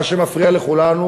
מה שמפריע לכולנו,